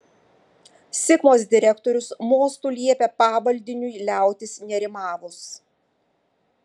sigmos direktorius mostu liepė pavaldiniui liautis nerimavus